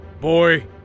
Boy